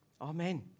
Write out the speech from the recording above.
Amen